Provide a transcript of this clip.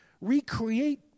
recreate